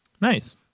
Nice